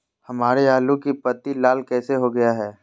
हमारे आलू की पत्ती लाल कैसे हो गया है?